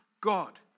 God